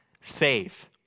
save